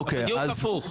בדיוק הפוך.